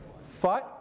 Fight